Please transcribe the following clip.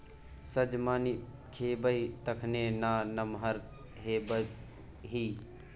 सजमनि खेबही तखने ना नमहर हेबही